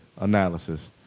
analysis